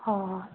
ꯍꯣꯏ ꯍꯣꯏ